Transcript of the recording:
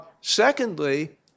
Secondly